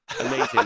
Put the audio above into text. Amazing